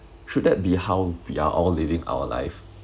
should that be how we are all living our life